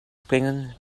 springen